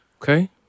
Okay